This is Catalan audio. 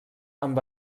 amb